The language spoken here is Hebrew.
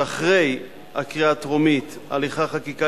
שאחרי הקריאה הטרומית הליכי החקיקה